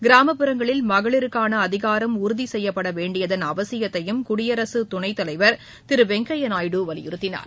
கிராமப்புறங்களில் மகளிருக்கான அதிகாரம் உறுதிசெய்யப்பட வேண்டியதன் அவசியத்தையும் குடியரசுத் துணைத் தலைவர் திரு வெங்கையா நாயுடு வலியுறுத்தினார்